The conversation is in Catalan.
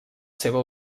seva